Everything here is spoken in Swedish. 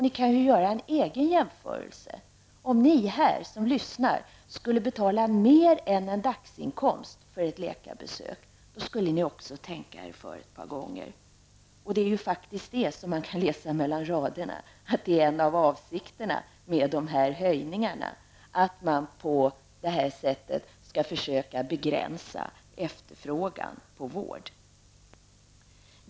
Ni kan ju göra en egen jämförelse. Om ni som lyssnar här skulle betala mer än en dagsinkomst för ett läkarbesök, så skulle ni också tänka er för ett par gånger. Och vi kan faktiskt läsa mellan raderna att en av avsikterna med de här höjningarna är att man på detta sätt skall försöka begränsa efterfrågan på vård.